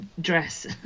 dress